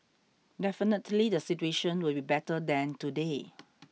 definitely the situation will be better than today